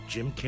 Jim